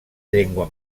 llengua